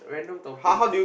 random topics